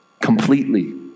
Completely